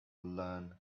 learn